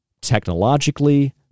technologically